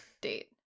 date